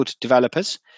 developers